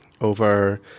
over